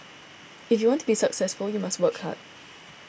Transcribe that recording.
if you want to be successful you must work hard